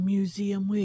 Museum